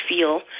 feel